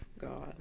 God